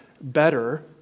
better